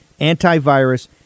antivirus